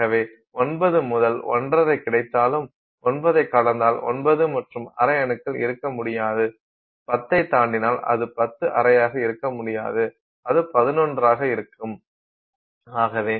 ஆகவே ஒன்பது மற்றும் ஒன்றரை கிடைத்தாலும் 9 ஐக் கடந்தால் ஒன்பது மற்றும் ஒரு அரை அணுக்கள் இருக்க முடியாது 10 ஐத் தாண்டினால் அது 10 அரையாக இருக்க முடியாது அது 11 ஆக இருக்கும்